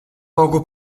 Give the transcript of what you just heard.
poco